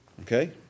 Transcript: Okay